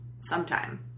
sometime